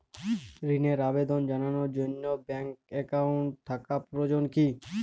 ঋণের আবেদন জানানোর জন্য ব্যাঙ্কে অ্যাকাউন্ট থাকা প্রয়োজন কী?